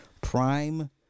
Prime